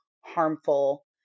harmful